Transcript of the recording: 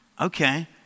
Okay